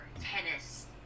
tennis